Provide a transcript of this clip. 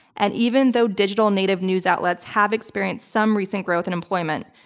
and even though digital-native news outlets have experienced some recent growth in employment,